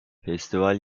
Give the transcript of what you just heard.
festival